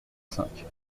cinq